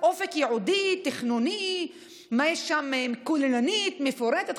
אופק ייעודי, תכנוני, כוללנית, מפורטת?